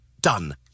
Done